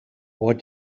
what